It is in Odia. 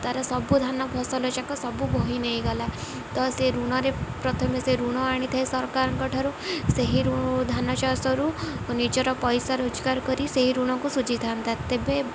ତାର ସବୁ ଧାନ ଫସଲ ଯାକ ସବୁ ବହି ନେଇଗଲା ତ ସେ ଋଣରେ ପ୍ରଥମେ ସେ ଋଣ ଆଣିଥାଏ ସରକାରଙ୍କଠାରୁ ସେହି ଧାନ ଚାଷରୁ ନିଜର ପଇସା ରୋଜଗାର କରି ସେହି ଋଣକୁ ସୁଝିଥାନ୍ତା ତେବେ